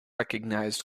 recognised